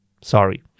Sorry